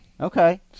Okay